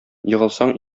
егылсаң